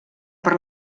per